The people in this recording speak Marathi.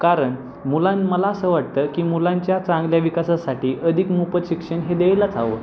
कारण मुलां मला असं वाटतं की मुलांच्या चांगल्या विकासासाठी अधिक मोफत शिक्षण हे द्यायलाच हवं